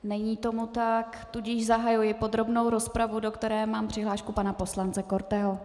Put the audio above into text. Není tomu tak, tudíž zahajuji podrobnou rozpravu, do které mám přihlášku pana poslance Korteho.